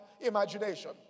imagination